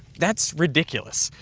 that's ridiculous.